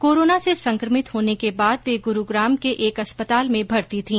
corona से संक्रमित होने के बाद वे गुरूग्राम के एक अस्पताल में भर्ती थी